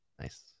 Nice